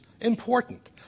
important